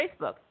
Facebook